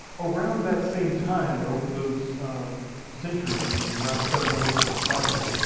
around that same time, or over those centuries from around seven hundred to around five hundred,